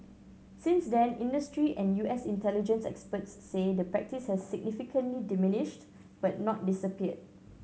since then industry and U S intelligence experts say the practice has significantly diminished but not disappeared